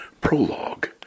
Prologue